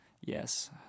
Yes